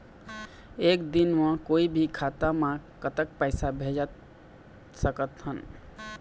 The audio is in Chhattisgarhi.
एक दिन म कोई भी खाता मा कतक पैसा भेज सकत हन?